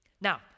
Now